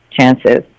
chances